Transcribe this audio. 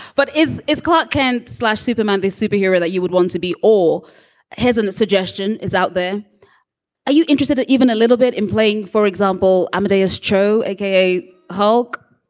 but is is clark kent. slash superman a superhero that you would want to be all his and suggestion is out there are you interested in even a little bit in playing, for example, amadeus cho, a k a hulk?